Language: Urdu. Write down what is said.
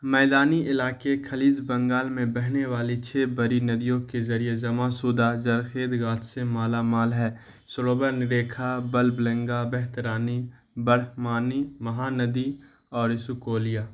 میدانی علاقے خلیج بنگال میں بہنے والی چھ بڑی ندیوں کے ذریعہ جمع شدہ زرخیز گاد سے مالا مال ہے سلوبند دیکھا بلبلینگا بہترانی برہمانی مہاندی اور اشوکولیا